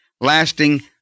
lasting